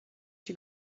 you